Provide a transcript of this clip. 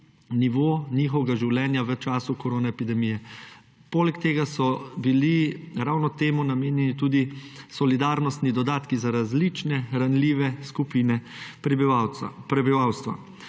nivo njihovega življenja v času koronaepidemije. Poleg tega so bili ravno temu namenjeni tudi solidarnostni dodatki za različne ranljive skupine prebivalstva.